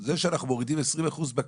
לומר שיכולנו להגיע לפי 2 או פי